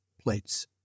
plates